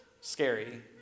scary